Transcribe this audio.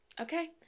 okay